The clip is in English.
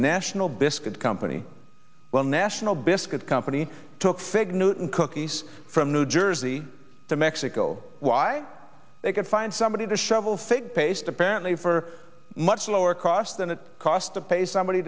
national biscuit company well national biscuit company took fig newton cookies from new jersey to mexico why they could find somebody to shovel fake paste apparently for much lower cost than it cost to pay somebody